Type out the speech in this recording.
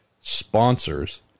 sponsors